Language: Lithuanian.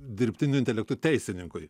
dirbtiniu intelektu teisininkui